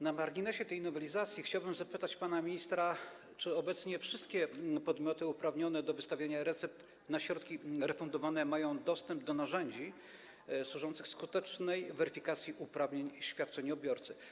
Na marginesie tej nowelizacji chciałbym zapytać pana ministra, czy obecnie wszystkie podmioty uprawnione do wystawiania recept na środki refundowane mają dostęp do narzędzi służących skutecznej weryfikacji uprawnień świadczeniobiorcy.